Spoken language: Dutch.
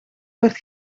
werd